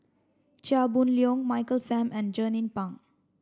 Chia Boon Leong Michael Fam and Jernnine Pang